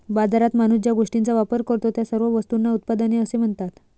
बाजारात माणूस ज्या गोष्टींचा वापर करतो, त्या सर्व वस्तूंना उत्पादने असे म्हणतात